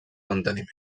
manteniment